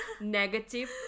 negative